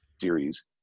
series